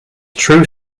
true